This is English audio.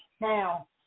Now